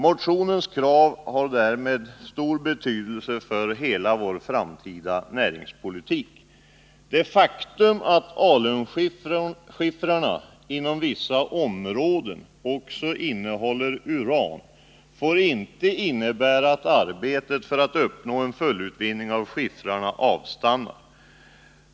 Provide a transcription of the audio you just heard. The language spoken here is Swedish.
Motionens krav har därmed stor betydelse för hela vår framtida näringspolitik. Det faktum att alunskiffrarna inom vissa områden också innehåller uran får inte innebära att arbetet för att uppnå en fullutvinning av skiffrarna avstannar.